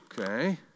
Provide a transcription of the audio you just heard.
Okay